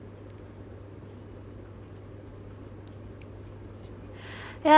yeah